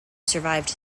survived